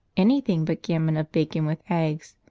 anything but gammon of bacon with eggs,